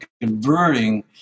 converting